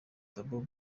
babou